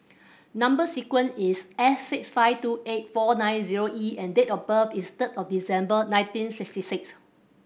number sequence is S six five two eight four nine zero E and date of birth is third of December nineteen sixty six